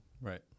right